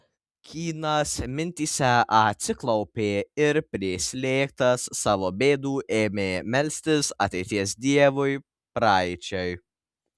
kynas mintyse atsiklaupė ir prislėgtas savo bėdų ėmė melstis ateities dievui praeičiai